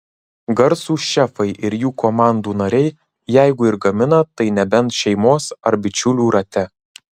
garsūs šefai ir jų komandų nariai jeigu ir gamina tai nebent šeimos ar bičiulių rate